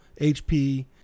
HP